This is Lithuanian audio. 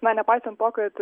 na nepaisant to kad